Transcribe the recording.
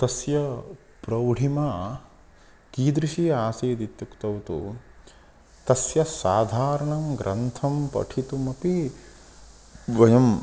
तस्य प्रौढा कीदृशी आसीद् इत्युक्तौ तु तस्य साधारणं ग्रन्थं पठितुमपि वयं